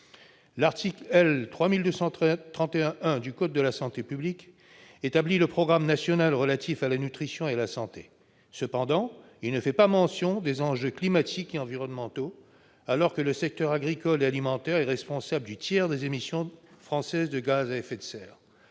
L'article L. 3231-1 du code de la santé publique établit le programme national relatif à la nutrition et à la santé. Cependant, il ne fait pas mention des enjeux climatiques et environnementaux, alors que le secteur agricole et alimentaire est responsable du tiers des émissions françaises de gaz à effet de serre.